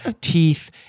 teeth